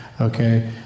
Okay